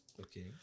Okay